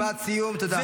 משפט סיום, תודה.